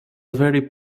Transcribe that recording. very